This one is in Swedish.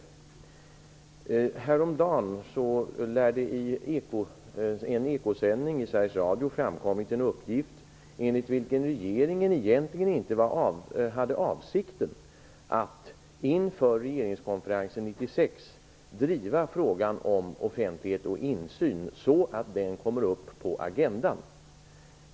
Häromdagen lär det i en Ekosändning i Sveriges Radio ha framkommit en uppgift enligt vilken regeringen egentligen inte hade avsikten att inför regeringskonferensen 1996 driva frågan om offentlighet och insyn så att den kommer upp på agendan.